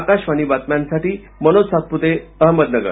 आकाशवाणी बातम्यांसाठी मनोज सातपुते अहमदनगर